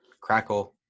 Crackle